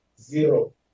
zero